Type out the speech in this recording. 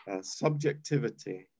Subjectivity